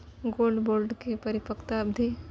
Gold bond के परिपक्वता अवधि?